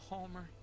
Homer